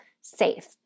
safe